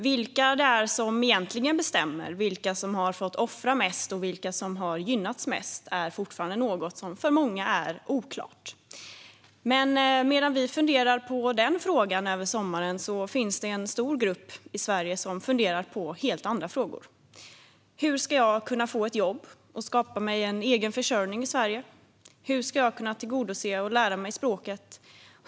Vilka som egentligen bestämmer där, vilka som har fått offra mest och vilka som har gynnats mest är fortfarande något som för många är oklart. Men medan vi funderar på den frågan över sommaren finns det en stor grupp i Sverige som funderar på helt andra frågor: Hur ska jag kunna få ett jobb och skapa mig en egen försörjning i Sverige? Hur ska jag kunna lära mig språket?